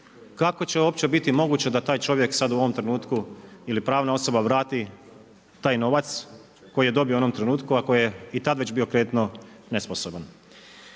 kako će uopće biti moguće da taj čovjek sad u ovom trenutku ili pravna osoba vrati taj novac koji je dobio u onom trenutku ako je već i tad bio kreditno nesposoban.